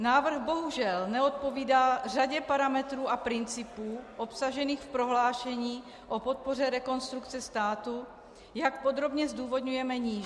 Návrh bohužel neodpovídá řadě parametrů a principů obsažených v prohlášení o podpoře Rekonstrukce státu, jak podrobně zdůvodňujeme níže.